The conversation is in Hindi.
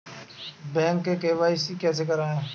बैंक में के.वाई.सी कैसे करायें?